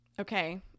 Okay